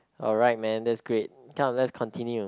alright man that's great come let's continue